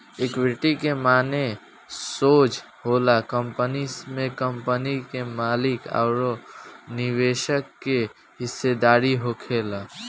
equity के माने सोज होला कंपनी में कंपनी के मालिक अउर निवेशक के हिस्सेदारी होखल